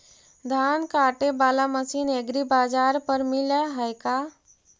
धान काटे बाला मशीन एग्रीबाजार पर मिल है का?